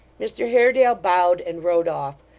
mr haredale bowed, and rode off,